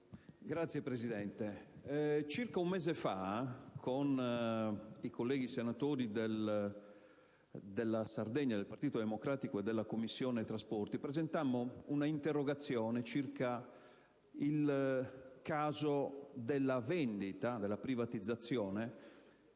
Signora Presidente, circa un mese fa, con i colleghi senatori della Sardegna, del Partito Democratico e della Commissione lavori pubblici, presentammo un'interrogazione circa il caso della privatizzazione